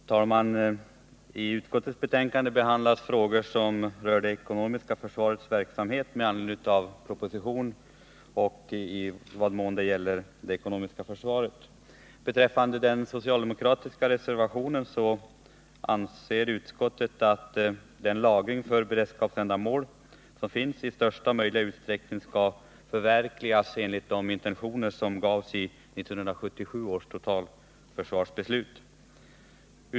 Herr talman! I försvarsutskottets betänkande nr 21 behandlas frågor kring det ekonomiska försvarets verksamhet med anledning av propositionen 100, såvitt den avser det ekonomiska försvaret. Beträffande den socialdemokratiska reservationen anser utskottet att lagringen för beredskapsändamål i största möjliga utsträckning skall förverkligas enligt intentionerna i 1977 års totalförsvarsbeslut.